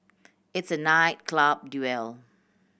it's a night club duel